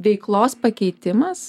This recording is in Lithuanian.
veiklos pakeitimas